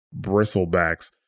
Bristlebacks